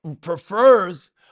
prefers